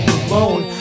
alone